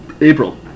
April